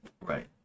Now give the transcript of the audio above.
Right